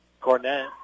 cornet